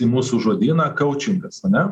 į mūsų žodyną kaučingas ane